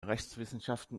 rechtswissenschaften